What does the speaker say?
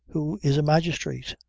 who is a magistrate.